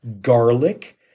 garlic